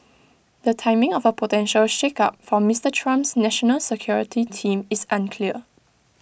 the timing of A potential shakeup for Mister Trump's national security team is unclear